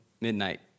Midnight